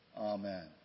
Amen